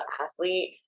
athlete